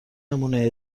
نمونه